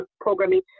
programming